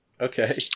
Okay